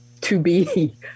to-be